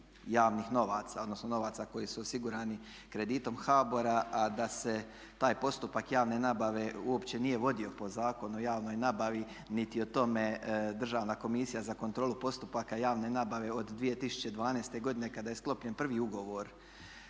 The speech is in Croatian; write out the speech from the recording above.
javnih novaca, odnosno novaca koji su osigurani kreditom HBOR-a a da se taj postupak javne nabave uopće nije vodi po Zakonu o javnoj nabavi niti je o tome Državna komisija za kontrolu postupaka javne nabave od 2012. godine kada je sklopljen prvi ugovor